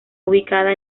ubicada